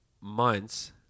months